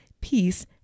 peace